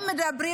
אם מדברים,